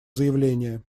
заявление